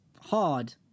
hard